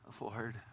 Lord